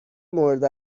مورد